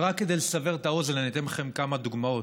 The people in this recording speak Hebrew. רק כדי לסבר את האוזן, אני אתן לכם כמה דוגמאות.